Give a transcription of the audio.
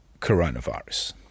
coronavirus